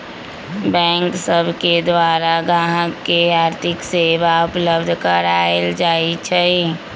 bank सब के द्वारा गाहक के आर्थिक सेवा उपलब्ध कराएल जाइ छइ